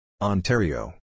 Ontario